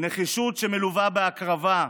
בנחישות שמלווה בהקרבה,